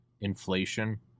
inflation